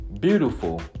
beautiful